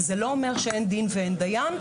זה לא אומר שאין דין ואין דיין.